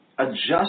adjust